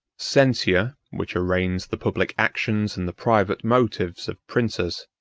censure, which arraigns the public actions and the private motives of princes,